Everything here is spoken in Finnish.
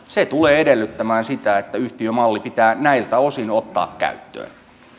se tulee edellyttämään sitä että yhtiömalli pitää näiltä osin ottaa käyttöön